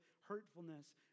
hurtfulness